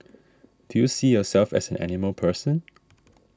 do you see yourself as an animal person